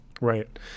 Right